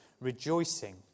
rejoicing